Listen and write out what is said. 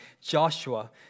Joshua